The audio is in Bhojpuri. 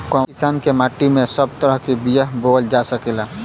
कवने किसीम के माटी में सब तरह के बिया बोवल जा सकेला?